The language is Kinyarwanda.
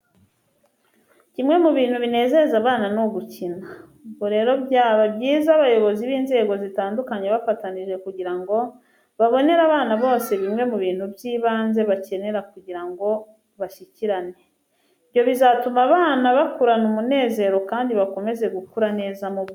Kimwe mu bintu binezeza abana, ni ugukina. Ubwo rero byaba byiza abayobozi b'inzego zitandukanye bafatanyije kugira ngo babonere abana bose bimwe mu bintu by'ibanze bakenera kugira ngo bashyikirane. Ibyo bizatuma abana bakurana umunezero kandi bakomeze gukura neza mu bwenge.